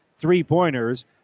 three-pointers